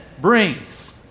brings